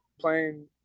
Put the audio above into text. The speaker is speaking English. playing